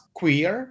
queer